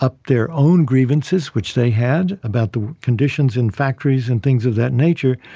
up their own grievances which they had about the conditions in factories and things of that nature,